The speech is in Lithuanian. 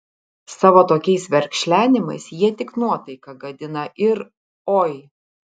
savo tokiais verkšlenimais jie tik nuotaiką gadina ir oi